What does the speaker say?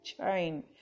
chain